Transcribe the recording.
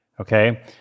Okay